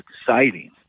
exciting